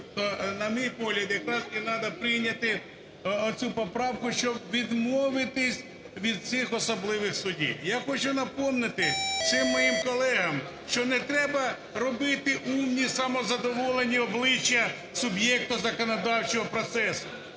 на мій погляд якраз і треба прийняти цю поправку, щоб відмовитися від цих особливих судів. Я хочу напомнити всім моїм колегам, що не треба робити умні, самозадоволені обличчя суб'єкта законодавчого процесу.